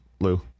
Lou